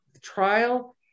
trial